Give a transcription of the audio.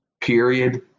period